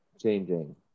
changing